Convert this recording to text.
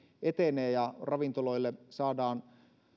etenee ja ravintoloille saadaan